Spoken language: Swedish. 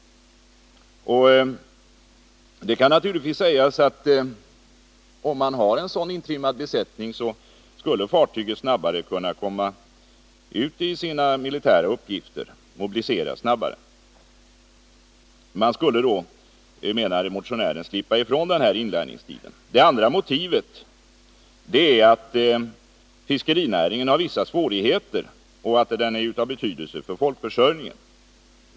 Det kan naturligtvis sägas att om man har en sådan intrimmad besättning skulle fartyget snabbare kunna komma ut till sina militära uppgifter, mobiliseras snabbare. Man skulle då, menar motionären, slippa ifrån inlärningstiden. Det andra skälet motionären anför är att fiskerinäringen har vissa svårigheter och att den är av betydelse för folkförsörjningen.